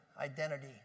identity